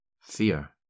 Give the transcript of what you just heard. Fear